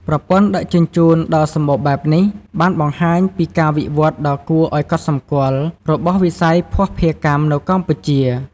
ប្រព័ន្ធដឹកជញ្ជូនដ៏សម្បូរបែបនេះបានបង្ហាញពីការវិវត្តន៍ដ៏គួរឱ្យកត់សម្គាល់របស់វិស័យភស្តុភារកម្មនៅកម្ពុជា។